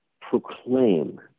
proclaim